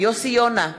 יוסי יונה,